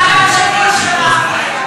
אתה ממש נראה לי,